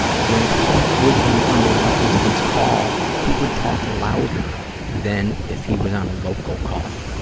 when he would be on a long-distance call, he would talk louder than if he was on a local call.